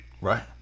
Right